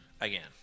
again